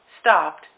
stopped